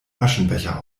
aschenbecher